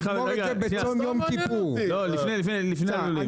לפני הלולים דוד,